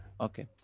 okay